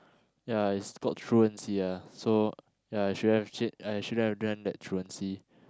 ya it's about truancy ah so ya I shouldn't have cheat I shouldn't have done that truancy